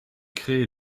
crée